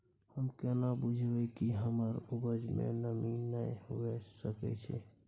हम केना बुझीये कि हमर उपज में नमी नय हुए सके छै?